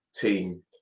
team